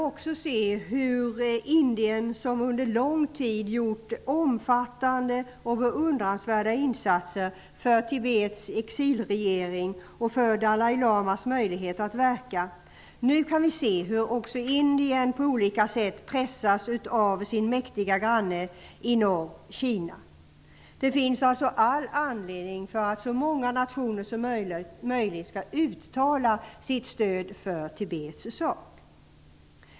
Vi kan nu se hur också Indien, som under lång tid gjort omfattande och beundransvärda insatser för Tibets exilregering och för Dalai Lamas möjligheter att verka, på olika sätt pressas av sin mäktiga granne i norr, Kina. Det finns alltså all anledning att så många nationer som möjligt skall uttala sitt stöd för Tibets sak.